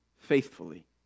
faithfully